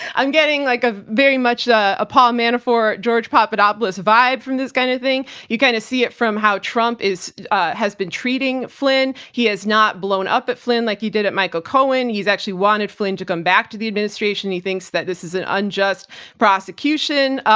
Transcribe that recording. i'm getting like ah very much a paul manafort-george papadopoulos vibe from this kind of thing. you kind of see it from how trump ah has been treating flynn. he has not blown up at flynn like he did at michael cohen. he's actually wanted flynn to come back to the administration. he thinks that this is an unjust prosecution.